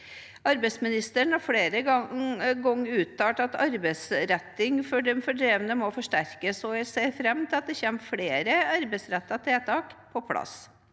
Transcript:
Arbeidsministeren har flere ganger uttalt at arbeidsrettingen for de fordrevne må forsterkes. Jeg ser fram til at det kommer flere arbeidsrettede tiltak på plass.